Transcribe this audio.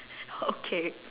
okay